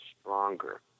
stronger